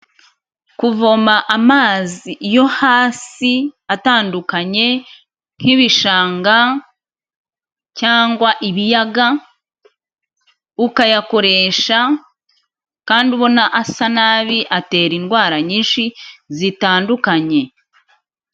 Kuvoma amazi yo hasi atandukanye nk'ibishanga cyangwa ibiyaga, ukayakoresha kandi ubona asa nabi atera indwara nyinshi zitandukanye.